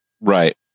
Right